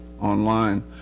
online